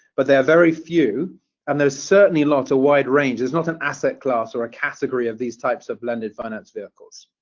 but there are very few and there are certainly not a wide range. there is not an asset class or a category of these types of blended finance vehicles.